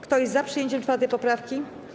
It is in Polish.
Kto jest za przyjęciem 4. poprawki?